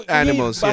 animals